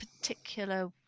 particular